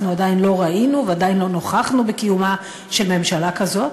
אנחנו עדיין לא ראינו ועדיין לא נוכחנו בקיומה של ממשלה כזאת.